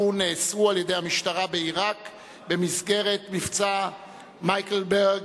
נאסרו על-ידי המשטרה בעירק במסגרת מבצע מייקלברג,